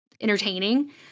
entertaining